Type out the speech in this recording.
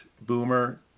boomer